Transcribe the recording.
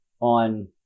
on